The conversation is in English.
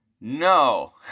No